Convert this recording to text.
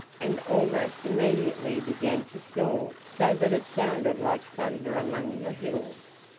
and almost immediately began to snore so that it sounded like thunder among the hills.